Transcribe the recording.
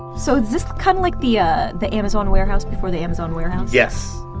so is this kind of like the ah the amazon warehouse before the amazon warehouse? yes!